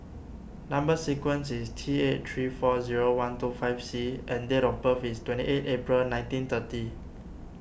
Number Sequence is T eight three four zero one two five C and date of birth is twenty eight April nineteen thirty